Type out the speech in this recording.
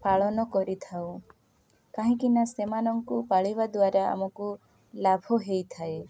ପାଳନ କରିଥାଉ କାହିଁକିନା ସେମାନଙ୍କୁ ପାଳିବା ଦ୍ୱାରା ଆମକୁ ଲାଭ ହୋଇଥାଏ